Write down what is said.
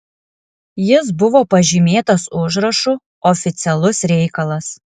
jis buvo pažymėtas užrašu oficialus reikalas